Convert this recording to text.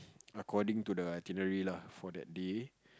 according the itinerary lah for that day